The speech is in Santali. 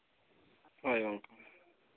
ᱦᱳᱭ ᱜᱚᱢᱠᱮ